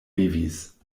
vivis